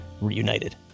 reunited